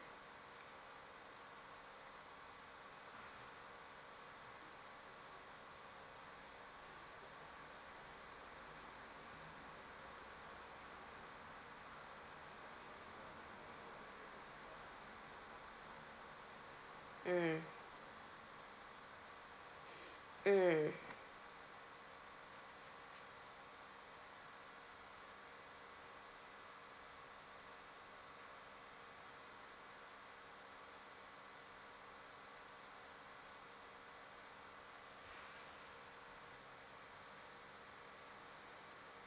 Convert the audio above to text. mm mm